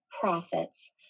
profits